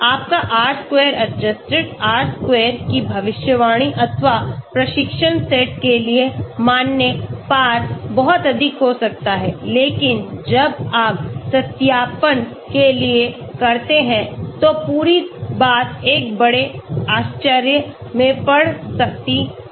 आपका r square adjusted r square की भविष्यवाणी अथवा प्रशिक्षण सेट के लिए मान्य पार बहुत अधिक हो सकता है लेकिन जब आप सत्यापन के लिए करते हैं तो पूरी बात एक बड़े आश्चर्य में पड़ सकती है